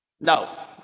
No